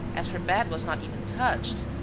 as her bed was not even touched,